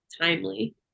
timely